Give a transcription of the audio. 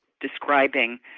describing